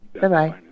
Bye-bye